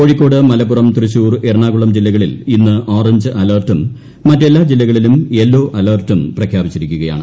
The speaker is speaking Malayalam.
കോഴിക്കോട് മലപ്പുറം തൃശൂർ എറണിട്കുളം ജില്ലകളിൽ ഇന്ന് ഓറഞ്ച് അലർട്ടും മറ്റ് എല്ലാ ജില്ലകളിലും യെല്ലോ അലർട്ടും പ്രഖ്യാപിച്ചിരിക്കുകയാണ്